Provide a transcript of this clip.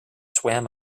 swam